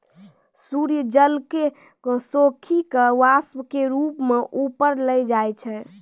सूर्य जल क सोखी कॅ वाष्प के रूप म ऊपर ले जाय छै